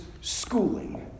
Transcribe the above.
schooling